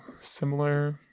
similar